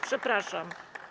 Przepraszam.